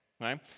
right